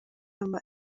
nama